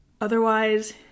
Otherwise